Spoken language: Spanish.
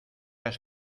has